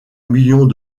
millions